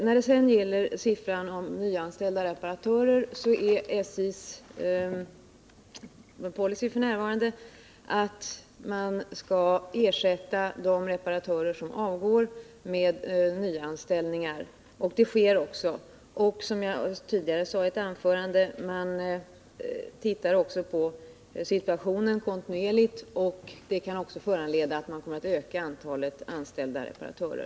När det sedan gäller siffran för nyanställda reparatörer är SJ:s policy f. n. att man skall ersätta de reparatörer som avgår genom nyanställningar, vilket också sker. Som jag sade i ett tidigare anförande studerar man kontinuerligt situationen, vilket kan föranleda att man kommer att öka antalet anställda reparatörer.